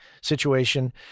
situation